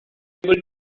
able